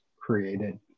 created